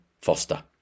foster